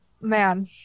Man